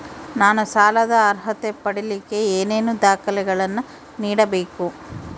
ನಾನು ಸಾಲದ ಅರ್ಹತೆ ಪಡಿಲಿಕ್ಕೆ ಏನೇನು ದಾಖಲೆಗಳನ್ನ ನೇಡಬೇಕು?